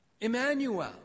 Emmanuel